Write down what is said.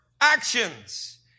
actions